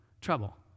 trouble